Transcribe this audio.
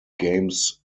games